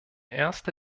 erste